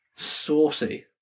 saucy